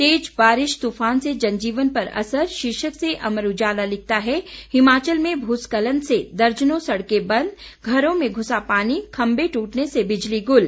तेज बारिश तुफान से जनजीवन पर असर शीर्षक से अमर उजाला लिखता है हिमाचल में भूस्खलन से दर्जनों सड़कें बंद घरों में घुसा पानी खंभे टूटने से बिजली गुल